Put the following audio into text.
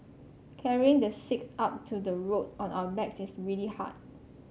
carrying the sick up to the road on our backs is really hard